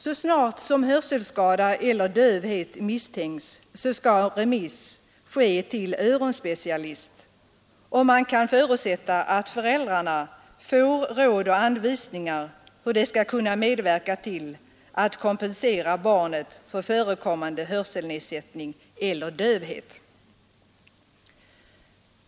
Så snart hörselskada eller dövhet misstänks skall remiss ske till öronspecialist, och man kan förutsätta att föräldrarna får råd och anvisningar hur de skall kunna medverka till att kompensera barnet för förekommande hörselnedsättning eller dövhet.